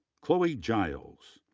chloe giles,